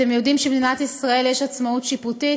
אתם יודעים שלמדינת ישראל יש עצמאות שיפוטית,